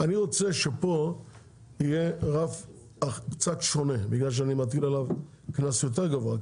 אני רוצה שפה יהיה רף קצת שונה בגלל שאני מטיל עליו קנס יותר גבוה.